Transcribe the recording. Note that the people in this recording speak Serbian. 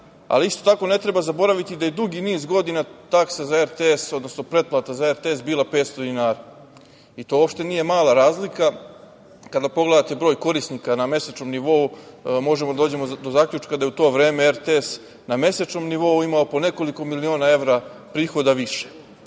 ali isto tako ne treba zaboraviti da je dugi niz godina taksa za RTS, odnosno pretplata za RTS bila 500 dinara i to uopšte nije mala razlika. Kada pogledate broj korisnika na mesečnom nivou, možemo da dođemo do zaključka da je u to vreme RTS na mesečnom nivou imao po nekoliko miliona evra prihoda više,